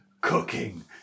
cooking